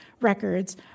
records